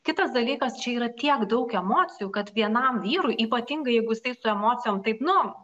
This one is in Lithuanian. kitas dalykas čia yra tiek daug emocijų kad vienam vyrui ypatingai jeigu jisai su emocijom taip nu